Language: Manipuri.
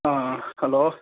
ꯑꯥ ꯑꯥ ꯍꯜꯂꯣ